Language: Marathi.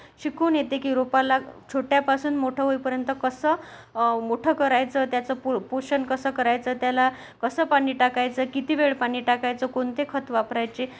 शिकून येते की रोपाला छोट्यापासून मोठं होईपर्यन्त कसं मोठं करायचं त्याचं पो पोषण कसं करायचं त्याला कसं पाणी टाकायचं किती वेळ पाणी टाकायचं कोणते खत वापरायचे